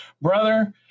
brother